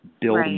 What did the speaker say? build